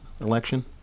election